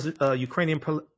Ukrainian